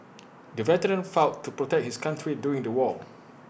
the veteran fought to protect his country during the war